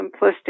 simplistic